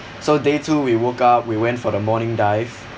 so day two we woke up we went for the morning dive